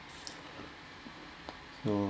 no